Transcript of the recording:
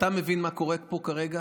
אתה מבין מה קורה פה כרגע?